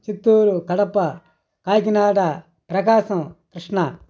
Chittoor Kadapa Kakinada Prakasam Krishna